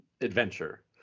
adventure